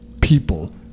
people